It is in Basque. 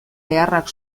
beharrak